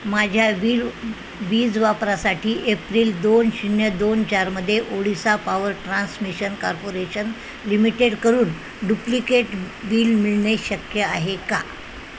माझ्या वील वीज वापरासाठी एप्रिल दोन शून्य दोन चारमध्ये ओडिसा पॉवर ट्रान्समिशन कॉर्पोरेशन लिमिटेडकडून डुप्लिकेट बिल मिळणे शक्य आहे का